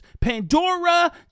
Pandora